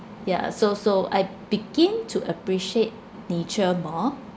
ya so so I begin to appreciate nature more